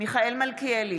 מיכאל מלכיאלי,